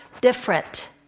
different